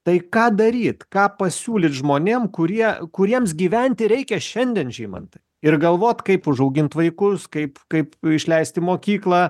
tai ką daryt ką pasiūlyt žmonėm kurie kuriems gyventi reikia šiandien žymantai ir galvot kaip užaugint vaikus kaip kaip išleist į mokyklą